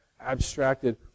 abstracted